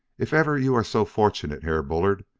if ever you are so fortunate, herr bullard,